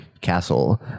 castle